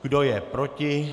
Kdo je proti?